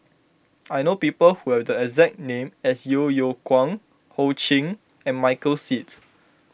I know people who have the exact name as Yeo Yeow Kwang Ho Ching and Michael Seets